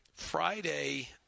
Friday